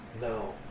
No